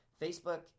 Facebook